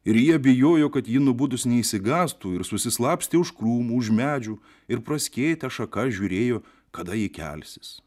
ir jie bijojo kad ji nubudus neišsigąstų ir susislapstė už krūmų už medžių ir praskėtę šakas žiūrėjo kada ji kelsis